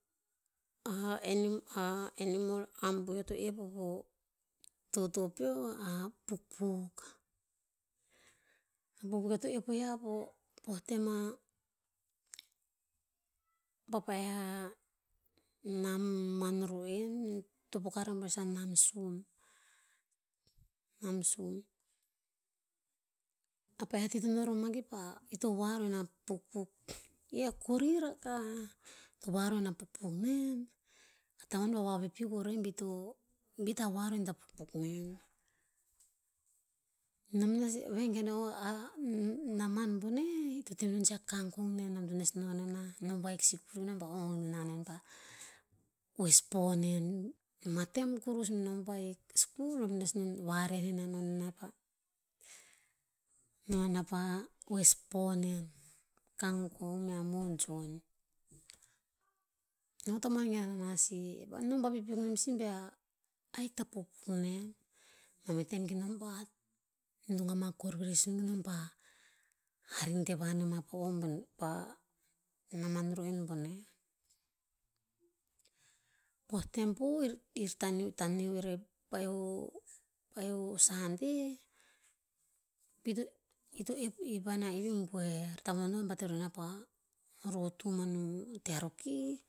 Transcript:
A animal- a animal abuh eo to ep o toto peo, a pukpuk. A pukpuk eo to ep o ya po, poh tem a, pa pa'eh a naman ru'en to pokah re boer sih a nam sum, nam sum. A pa'eh a ti to noh roh mah ki pah, ito hoa ro in a pukpuk. I he a kori rakah, to hoa ro in a pukpuk nen, a tavon pah vapipiuk o rer bi to, bi ta hoa ro in a pukpuk nen. Nom nes, vegen naman bo neh, i to teh menon sih a kangkong nen. Nom to nes no nena, nom vahik sikur nom pa ongpo nena nen pa oes po nen. Mah tem kurus be nom vahik sikur nom to nes no, vareh ne nah pah no nenah pah oes po nen. Kangkong mea mojon. No tamuan gen nenah sih. E nom vapipiuk nem sih bea, ahik ta pukpuk nen. Mameh tem ke nom pah, nung ama kor veresun ke nom pah harin teva ne mah po o boneh, pah naman ru'en boneh. Poh tem po, paeoh- paeoh o sande, pito, pito ep aniah tavon to no bat to rena pah rotu manu tearoki.